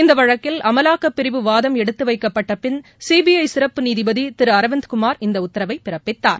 இந்த வழக்கில் அமலாக்க்ப்பிரிவு வாதம் எடுத்துவைக்கப்பட்டபின் சிபிஐ சிறப்பு நீதிபதி திரு அரவிந்த்குமார் இந்த உத்தரவை பிறப்பித்தார்